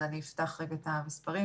אז אני אפתח רגע את המספרים.